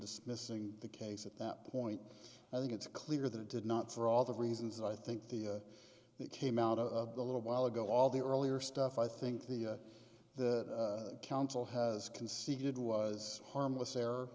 dismissing the case at that point i think it's clear that it did not for all the reasons i think the that came out of the little while ago all the earlier stuff i think the that counsel has conceded was harmless error